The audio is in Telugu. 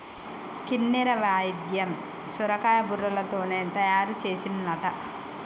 కిన్నెర వాయిద్యం సొరకాయ బుర్రలతోనే తయారు చేసిన్లట